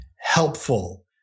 helpful